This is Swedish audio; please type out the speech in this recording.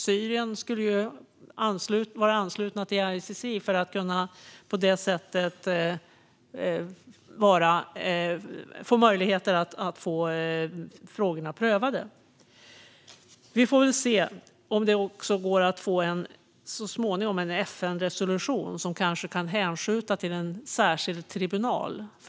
Syrien skulle vara anslutna till ICC för att det skulle vara möjligt att få frågorna prövade på det sättet. Vi får väl se om det så småningom också går att få en FN-resolution som kanske kan hänskjuta detta till en särskild tribunal.